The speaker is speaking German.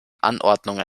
anordnungen